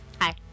hi